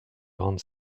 grande